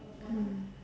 mm